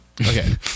Okay